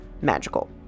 magical